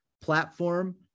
platform